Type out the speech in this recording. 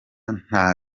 nta